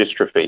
dystrophy